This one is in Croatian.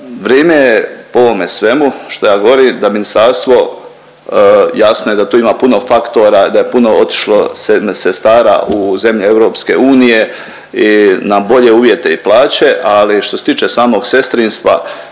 Vrijeme je po ovome svemu što ja govorim da ministarstvo jasno je da tu ima puno faktora, da je puno otišlo sestara u zemlje EU i na bolje uvjete i plaće, ali što se tiče samog sestrinstva,